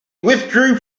withdrew